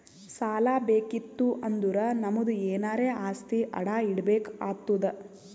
ಸಾಲಾ ಬೇಕಿತ್ತು ಅಂದುರ್ ನಮ್ದು ಎನಾರೇ ಆಸ್ತಿ ಅಡಾ ಇಡ್ಬೇಕ್ ಆತ್ತುದ್